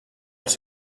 els